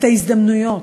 את ההזדמנויות,